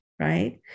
right